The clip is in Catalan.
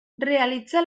realitza